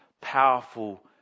powerful